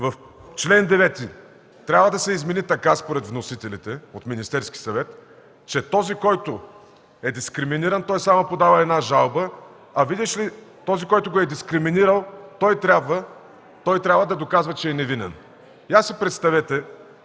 Член 9 трябва да се измени така, според вносителите от Министерския съвет, че този, който е дискриминиран, само подава една жалба, а, видиш ли, този, който го е дискриминирал, трябва да доказва, че е невинен. Представете